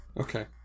Okay